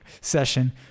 session